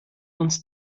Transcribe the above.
uns